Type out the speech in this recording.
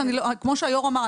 כמו שהיושב-ראש אמר,